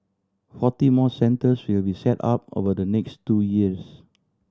forty more centres will be set up over the next two years